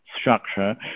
structure